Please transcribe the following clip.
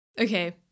Okay